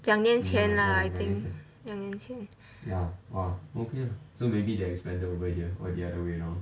两年前 lah I think 两年前